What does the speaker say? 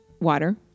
water